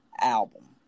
album